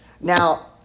Now